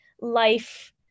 life